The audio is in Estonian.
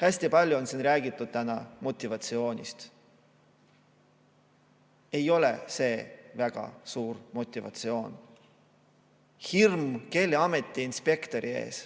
Hästi palju on täna räägitud motivatsioonist. See ei ole väga suur motivatsioon. Hirm Keeleameti inspektori ees,